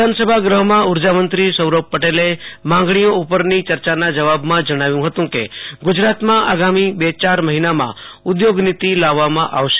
વિધાનસભા ગૃહમાં ઉર્જામંત્રી સૌરભ પટેલે માંગણીઓ ઉપરની ચર્ચાના જવાબમાં જણાવ્યુ હતું કે ગુજરાતમાં આગામી બેયાર મહિનામાં ઉધોગ નીતિ લાવવામાં આવશે